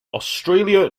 australia